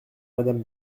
madame